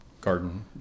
garden